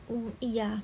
!woo! !ee! ya